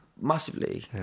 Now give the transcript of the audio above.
Massively